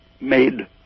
made